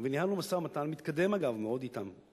וניהלנו משא-ומתן, אגב, מתקדם מאוד, אתם,